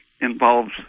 involves